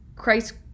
Christ